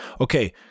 okay